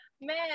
man